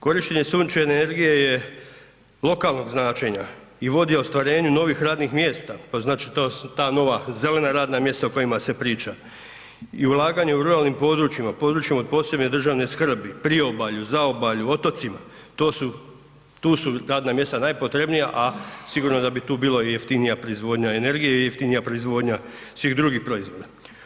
Korištenje sunčeve energije je lokalnog značenja i vodi ostvarenju novih radnih mjesta to znači to su ta nova zelena radna mjesta o kojima se priča i ulaganje u ruralnim područjima, područjima od posebne državne skrbi, priobalju, zaobalju, otocima, to su, tu su radna mjesta najpotrebnija, a sigurno da bi tu bila i jeftinija proizvodnja energija i jeftinija proizvodnja svih drugih proizvoda.